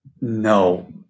No